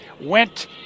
went